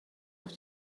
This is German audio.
auf